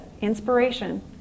inspiration